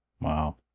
wow